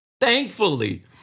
Thankfully